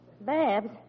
Babs